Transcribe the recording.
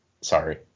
sorry